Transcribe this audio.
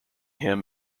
him